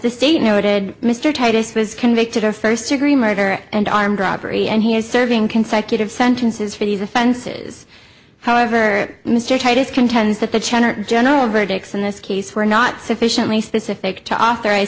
the state noted mr titus was convicted of first degree murder and armed robbery and he is serving consecutive sentences for these offenses however mr titus contends that the general verdicts in this case were not sufficiently specific to author